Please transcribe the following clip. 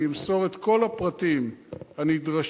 אני אמסור את כל הפרטים הנדרשים,